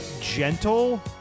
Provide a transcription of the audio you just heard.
gentle